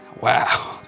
Wow